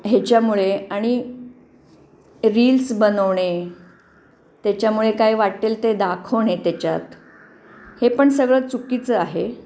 ह्याच्यामुळे आणि रील्स बनवणे त्याच्यामुळे काय वाट्टेल ते दाखवणे त्याच्यात हे पण सगळं चुकीचं आहे